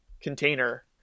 container